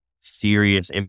serious